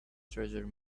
treasure